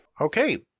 Okay